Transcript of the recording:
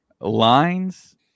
lines